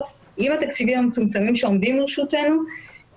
עם התקציבים המצומצמים שעומדים לרשותנו,